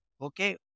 Okay